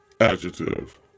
Adjective